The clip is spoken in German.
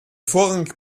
vorrangig